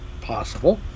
Possible